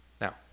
Now